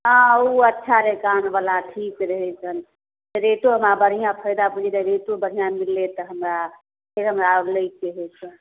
हँ ओ अच्छा रहै कानवला ठीक रहै रेटो हमरा बढ़िआँ फाइदा बूझू रेटो बढ़िआँ मिललै तऽ हमरा फेर हमरा लैके हैके